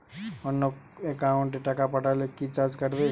অন্য একাউন্টে টাকা পাঠালে কি চার্জ কাটবে?